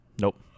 Nope